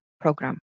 program